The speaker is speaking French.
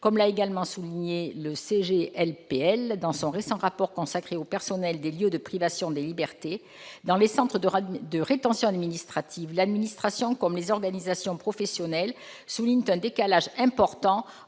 de privation de liberté dans son récent rapport consacré au personnel des lieux de privation de liberté :« Dans les centres de rétention administrative, l'administration comme les organisations professionnelles soulignent un décalage important